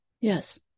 yes